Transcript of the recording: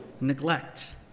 neglect